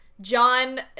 John